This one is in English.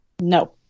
no